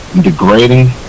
degrading